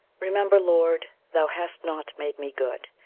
remember, lord, thou hast not made me good.